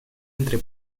entre